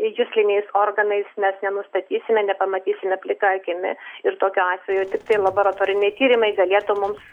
jusliniais organais mes nenustatysime nepamatysime plika akimi ir tokiu atveju tiktai laboratoriniai tyrimai galėtų mums